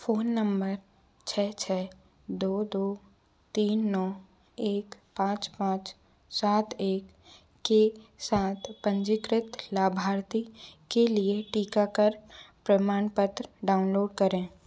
phone number छः छः दो दो तीन नौ एक पाँच पाँच सात एक के साथ पंजीकृत लाभार्थी के लिए टीकाकरण प्रमाणपत्र डाउनलोड करें